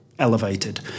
Elevated